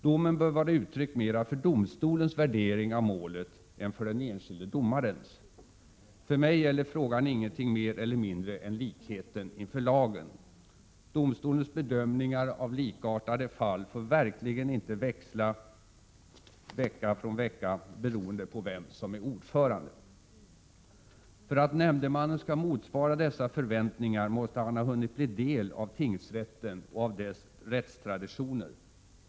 Domen bör vara uttryck mera för domstolens värdering av målet än för den enskilde Prot. 1987/88:133 domarens. För mig gäller frågan ingenting mer eller mindre än likhet inför 3 juni 1988 lagen. Domstolens bedömningar av likartade fall får verkligen icke växla från vecka till vecka beroende på vem som är ordförande. För att nämndemannen skall motsvara dessa förväntningar måste han ha hunnit bli del av tingsrätten och av dess rättstraditioner.